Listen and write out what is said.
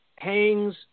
hangs